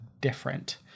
different